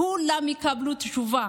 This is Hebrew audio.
כולם יקבלו תשובה.